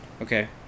Okay